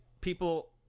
people